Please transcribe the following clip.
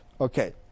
Okay